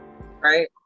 Right